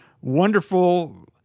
wonderful